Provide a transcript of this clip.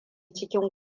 cikin